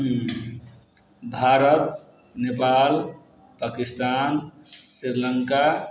Bharat Nepal Pakistan Sri Lanka